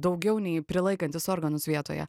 daugiau nei prilaikantis organus vietoje